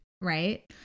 right